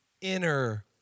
inner